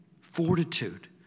Fortitude